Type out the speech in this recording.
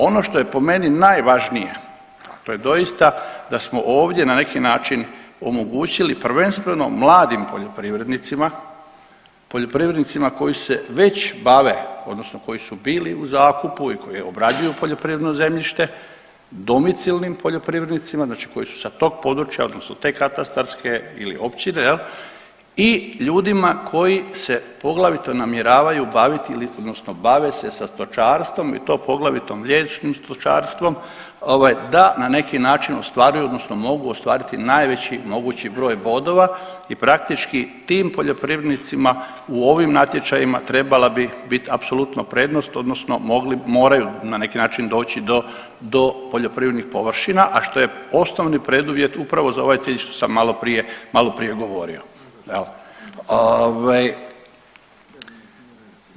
Ono što je po meni najvažnije, a to je doista da smo ovdje na neki način omogućili prvenstveno mladim poljoprivrednicima, poljoprivrednicima koji se već bave odnosno koji su bili u zakupu i koji obrađuju poljoprivredno zemljište, domicilnim poljoprivrednicima znači koji su sa tog područja odnosno te katasterske ili općine jel i ljudima koji se poglavito namjeravaju baviti odnosno bave se sa stočarstvo i to poglavito mliječnim stočarstvom ovaj da na neki način ostvaruju odnosno mogu ostvariti najveći mogući broj bodova i praktički tim poljoprivrednicima u ovim natječajima trebala bi bit apsolutno prednost odnosno moraju na neki način doći do, do poljoprivrednih površina, a što je osnovni preduvjet upravo za ovaj cilj što sam maloprije, maloprije govorio jel.